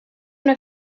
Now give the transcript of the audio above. una